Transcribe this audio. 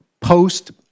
post